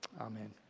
amen